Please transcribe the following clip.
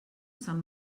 san